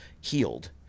healed